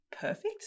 perfect